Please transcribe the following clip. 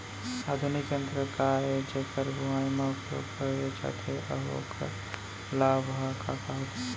आधुनिक यंत्र का ए जेकर बुवाई म उपयोग करे जाथे अऊ ओखर लाभ ह का का होथे?